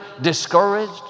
discouraged